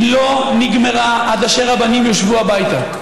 היא לא נגמרה עד אשר הבנים יושבו הביתה.